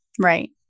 right